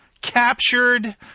captured